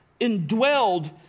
indwelled